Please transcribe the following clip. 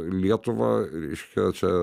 lietuvą reiškia čia